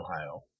Ohio